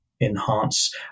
enhance